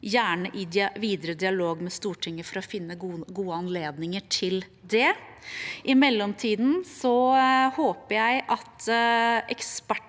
gjerne i videre dialog med Stortinget for å finne gode anledninger til det. I mellomtiden håper jeg ekspertgruppen